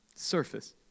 surface